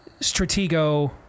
stratego